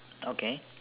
okay